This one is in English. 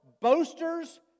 boasters